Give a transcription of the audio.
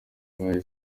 bibaye